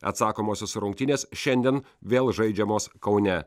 atsakomosios rungtynės šiandien vėl žaidžiamos kaune